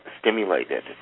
stimulated